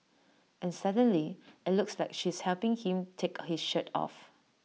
and suddenly IT looks like she's helping him take his shirt off